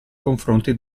confronti